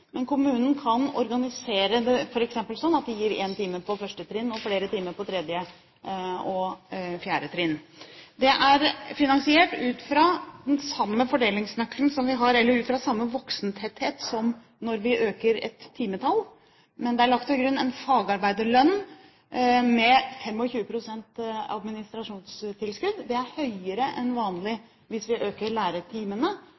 og flere timer på 3. og 4. trinn. Det er finansiert ut fra den samme fordelingsnøkkelen som vi har – eller ut fra samme voksentetthet som når vi øker et timetall – men det er lagt til grunn en fagarbeiderlønn med 25 pst. administrasjonstilskudd. Det er høyere enn